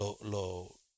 Lo